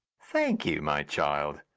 thank you, my child.